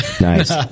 nice